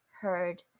heard